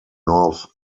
north